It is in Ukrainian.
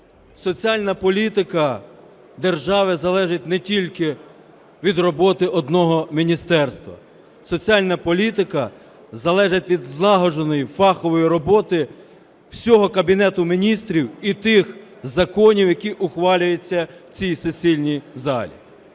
соціальна політика держави залежить не тільки від роботи одного міністерства. Соціальна політика залежить від злагодженої фахової роботи всього Кабінету Міністрів і тих законів, які ухвалюються в цій сесійній залі.